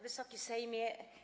Wysoki Sejmie!